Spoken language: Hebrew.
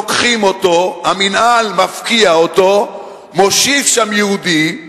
לוקחים אותו, המינהל מפקיע אותו, מושיב שם יהודי,